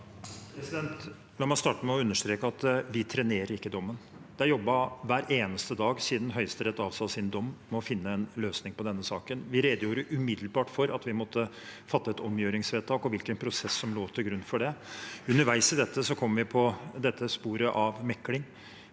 La meg starte med å understreke at vi ikke trenerer dommen. Det er blitt jobbet hver eneste dag siden Høyesterett avsa sin dom, med å finne en løsning på denne saken. Vi redegjorde umiddelbart for at vi måtte fatte et omgjøringsvedtak og hvilken prosess som lå til grunn for det. Underveis kom vi på meklingssporet. Partene,